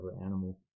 animal